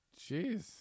Jeez